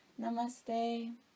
Namaste